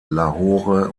lahore